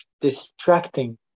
distracting